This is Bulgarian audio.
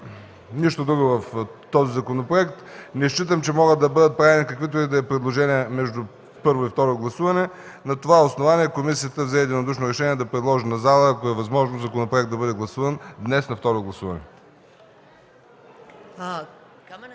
нищо друго в този законопроект. Не считам, че могат да бъдат правени каквито и да е предложения между първо и второ гласуване и на това основание комисията взе единодушно решение да предложи на пленарната зала, ако е възможно, законопроектът да бъде гласуван днес на второ четене.